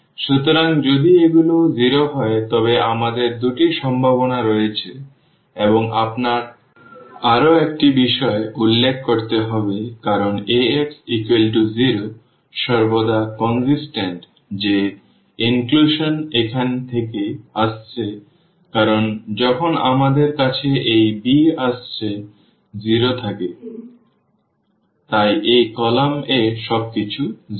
সুতরাং যদি এগুলি 0 হয় তবে আমাদের দুটি সম্ভাবনা রয়েছে এবং আপনার আরও একটি বিষয় উল্লেখ করতে হবে কারণ Ax 0 সর্বদা সামঞ্জস্যপূর্ণ যে অন্তর্ভুক্তি এখান থেকে আসছে কারণ যখন আমাদের কাছে এই b আসছে 0 থাকে তাই এই কলাম এ সবকিছু 0